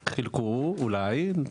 חילקו, אולי.